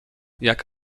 jak